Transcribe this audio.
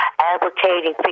advocating